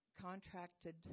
contracted